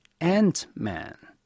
Ant-Man